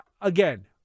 Again